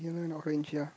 yellow and orange ya